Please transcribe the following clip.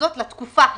הזאת לתקופה הזו.